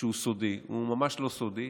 שהוא סודי, הוא ממש לא סודי.